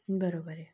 बरोबर आहे